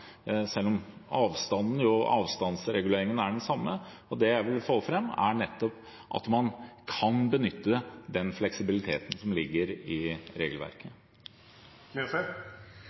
selv om avstandsreguleringen er den samme, og det jeg ville få fram, er nettopp at man kan benytte den fleksibiliteten som ligger i regelverket.